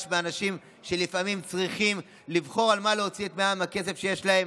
מאנשים שלפעמים צריכים לבחור על מה להוציא את מעט הכסף שיש להם,